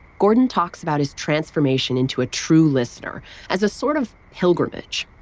gordon talks about his transformation into a true listener as a sort of pilgrimage.